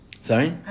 Sorry